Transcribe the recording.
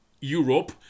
Europe